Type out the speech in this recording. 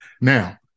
Now